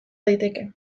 daiteke